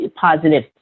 positive